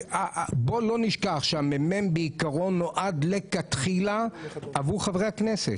בוא לא נשכח שהמ.מ.מ בעיקרון נועד מלכתחילה עבור חברי הכנסת.